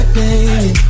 baby